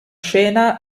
scena